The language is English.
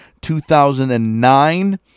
2009